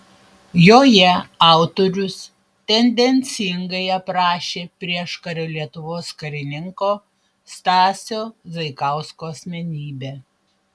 joje autorius tendencingai aprašė prieškario lietuvos karininko stasio zaikausko asmenybę